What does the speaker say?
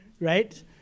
right